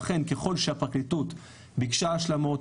לכן ככל שהפרקליטות ביקשה השלמות,